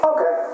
Okay